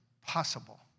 possible